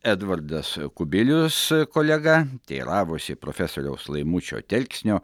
edvardas kubilius kolega teiravosi profesoriaus laimučio telksnio